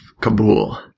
Kabul